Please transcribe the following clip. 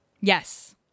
Yes